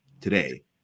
today